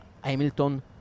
Hamilton